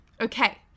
okay